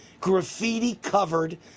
graffiti-covered